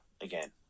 again